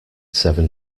seven